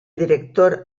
director